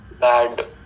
bad